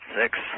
Six